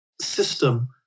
system